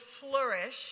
Flourish